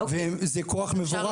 וזה כוח מבורך מאוד.